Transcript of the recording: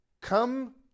come